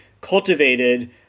cultivated